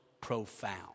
profound